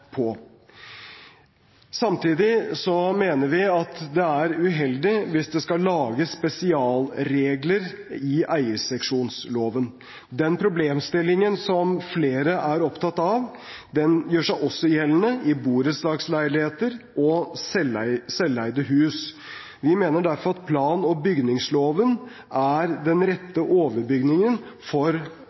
på. Samtidig mener vi at det er uheldig hvis det skal lages spesialregler i eierseksjonsloven. Den problemstillingen som flere er opptatt av, gjør seg også gjeldende i borettslagsleiligheter og i selveide hus. Vi mener derfor at plan- og bygningsloven er den rette overbygningen for